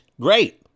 great